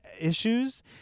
issues